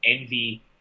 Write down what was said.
envy